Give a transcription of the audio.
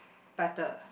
better